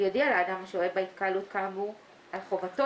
יודיע לאדם השוהה בהתקהלות כאמור על חובתו